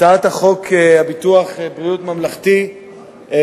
הצעת חוק ביטוח בריאות ממלכתי (תיקון,